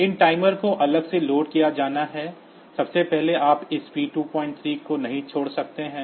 इन timer को अलग से लोड किया जाना है सबसे पहले आप इस P23 को नहीं छोड़ सकते हैं